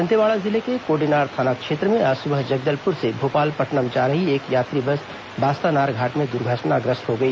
दंतेवाड़ा जिले के कोडेनार थाना क्षेत्र में आज सुबह जगदलपुर से भोपालपट्नम जा रही एक यात्री बस बास्तानार घाट में दुर्घटनाग्रस्त हो गई